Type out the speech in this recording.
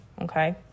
okay